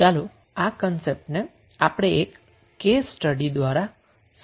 ચાલો આ કન્સેપ્ટ ને આપણે એક કેસ સ્ટડી ના આધારે સમજીએ